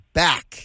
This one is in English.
back